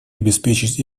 обеспечить